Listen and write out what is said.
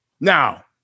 Now